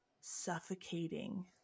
suffocating